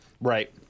Right